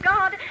God